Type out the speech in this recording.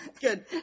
Good